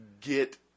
get